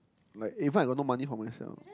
like even I got no money for myself